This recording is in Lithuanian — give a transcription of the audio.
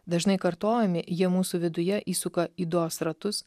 dažnai kartojami jie mūsų viduje įsuka ydos ratus